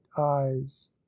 eyes